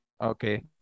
Okay